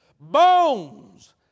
Bones